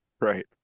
Right